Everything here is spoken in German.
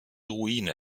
ruine